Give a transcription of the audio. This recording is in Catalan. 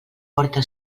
porta